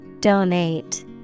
Donate